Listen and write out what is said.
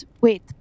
Wait